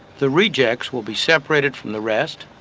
the rejects will be separated from the rest,